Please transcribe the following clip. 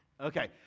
Okay